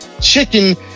Chicken